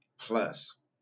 plus